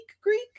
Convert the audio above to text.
Greek